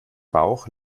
bauch